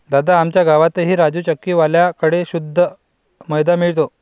दादा, आमच्या गावातही राजू चक्की वाल्या कड़े शुद्ध मैदा मिळतो